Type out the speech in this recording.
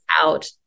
out